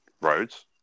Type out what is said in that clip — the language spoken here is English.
Roads